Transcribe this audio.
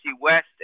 West